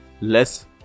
less